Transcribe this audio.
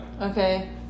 Okay